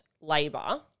labour